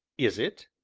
is it?